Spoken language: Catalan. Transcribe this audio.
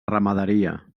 ramaderia